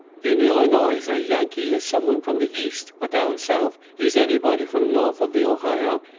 in illinoise a yankee is some one from the east, but down south he is anybody from north of the ohio,